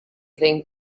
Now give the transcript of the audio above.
think